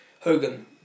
Hogan